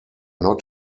not